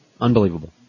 Unbelievable